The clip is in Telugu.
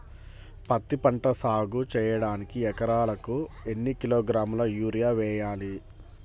పత్తిపంట సాగు చేయడానికి ఎకరాలకు ఎన్ని కిలోగ్రాముల యూరియా వేయాలి?